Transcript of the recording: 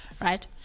right